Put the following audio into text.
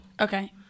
Okay